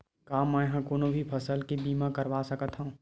का मै ह कोनो भी फसल के बीमा करवा सकत हव?